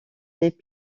les